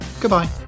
goodbye